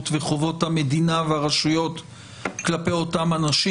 וחובות המדינה והרשויות כלפי אותם אנשים.